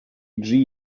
dri